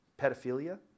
pedophilia